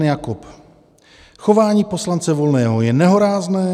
Jakob: Chování poslance Volného je nehorázné.